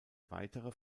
weitere